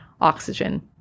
oxygen